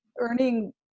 earning